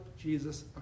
Jesus